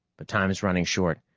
but time's running short.